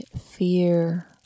fear